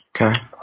Okay